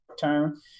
term